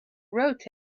rotate